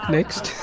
Next